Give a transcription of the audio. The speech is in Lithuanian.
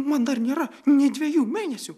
man dar nėra nė dvejų mėnesių